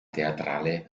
teatrale